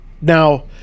now